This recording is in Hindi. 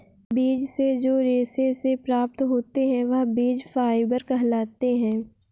बीज से जो रेशे से प्राप्त होते हैं वह बीज फाइबर कहलाते हैं